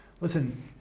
Listen